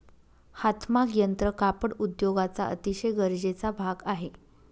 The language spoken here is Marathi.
हातमाग यंत्र कापड उद्योगाचा अतिशय गरजेचा भाग आहे